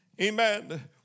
Amen